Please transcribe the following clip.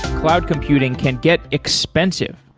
cloud computing can get expensive.